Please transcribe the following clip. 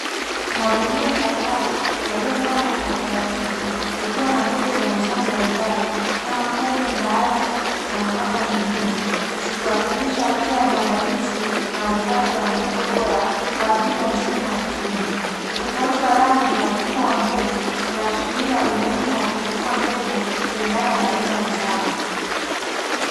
Magunia kadhaa yaliyopangwa kwa utaratibu, yakiwa na mbegu za mazao mbalimbali kama kunde, mbaazi na nafaka nyingine, zikiwakilisha hatua ya maandalizi na uhifadhi wa mbegu bora kwa ajili ya msimu wa kilimo. Utofauti wa rangi na ukubwa wa kilimo unaashiria umuhimu wa kuchagua mbegu kulingana na umuhimu wa zao.